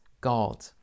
god